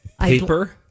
Paper